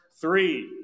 three